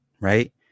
Right